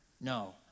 no